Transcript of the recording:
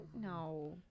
no